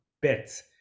bits